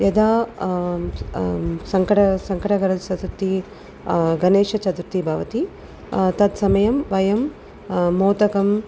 यदा सङ्कट् सङ्कटहरचतुर्थिः गणेशचतुर्थिः भवति तत्समये वयं मोदकं